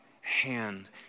hand